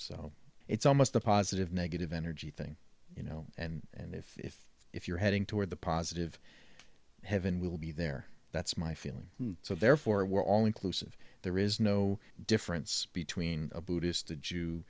so it's almost a positive negative energy thing you know and if if you're heading toward the positive heaven will be there that's my feeling so therefore we're all inclusive there is no difference between a buddhist a jew